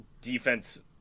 defense